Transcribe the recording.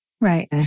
right